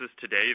today